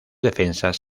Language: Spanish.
defensas